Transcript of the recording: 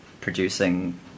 producing